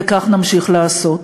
וכך נמשיך לעשות.